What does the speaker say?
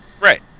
Right